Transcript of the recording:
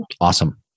awesome